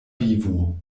vivo